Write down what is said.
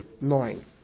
nine